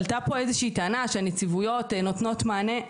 עלתה פה איזה טענה שהנציבויות נותנות מענה.